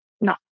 no